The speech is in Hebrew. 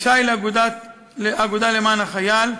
שי האגודה למען החייל,